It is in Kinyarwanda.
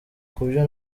kubyo